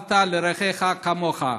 אהבת לרעך כמוך.